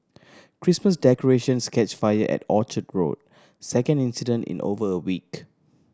Christmas decorations catch fire at Orchard second incident in over a week